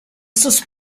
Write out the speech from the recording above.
sus